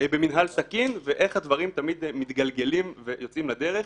במנהל תקין ואיך הדברים תמיד מתגלגלים ויוצאים לדרך.